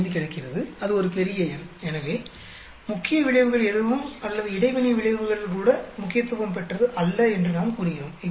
45 கிடைக்கிறது அது ஒரு பெரிய எண் எனவே முக்கிய விளைவுகள் எதுவும் அல்லது இடைவினை விளைவுகள் கூட முக்கியத்துவம் பெற்றது அல்ல என்று நாம் கூறுகிறோம்